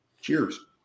cheers